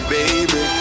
baby